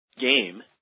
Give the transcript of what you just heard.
Game